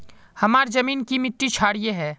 हमार जमीन की मिट्टी क्षारीय है?